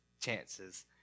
chances